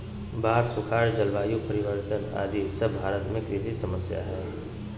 बाढ़, सुखाड़, जलवायु परिवर्तन आदि सब भारत में कृषि समस्या हय